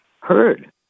heard